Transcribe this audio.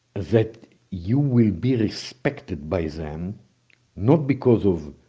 that you will be respected by them not because of